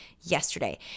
yesterday